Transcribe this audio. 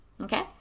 Okay